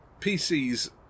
PCs